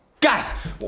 Guys